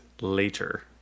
later